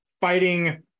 fighting